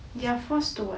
they are forced to [what]